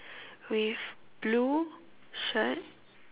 with blue shirt